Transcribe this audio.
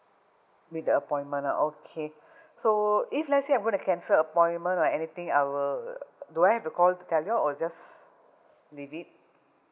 make the appointment lah okay so if let's say I'm going to cancel a appointment or anything I will do I have to call to tell you or just leave it